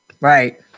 Right